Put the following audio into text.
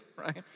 right